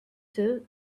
two